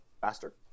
faster